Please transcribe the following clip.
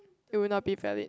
it would not be valid